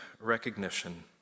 recognition